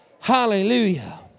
Hallelujah